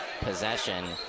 possession